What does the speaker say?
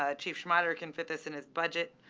ah chief schmaderer can fit this in his budget.